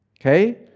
okay